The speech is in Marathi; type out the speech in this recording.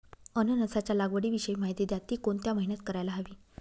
अननसाच्या लागवडीविषयी माहिती द्या, ति कोणत्या महिन्यात करायला हवी?